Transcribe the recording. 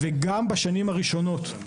וגם בשנים הראשונות,